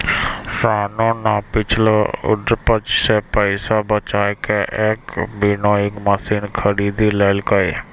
रामू नॅ पिछलो उपज सॅ पैसा बजाय कॅ एक विनोइंग मशीन खरीदी लेलकै